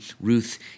Ruth